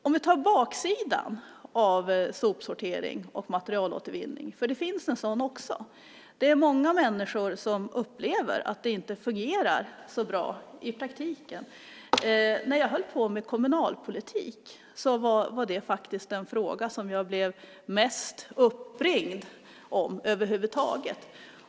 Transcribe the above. Vi kan ta baksidan av sopsortering och materialåtervinning, för det finns en sådan också. Det är många människor som upplever att det inte fungerar så bra i praktiken. När jag höll på med kommunalpolitik var det den fråga som jag blev mest uppringd om över huvud taget.